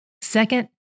Second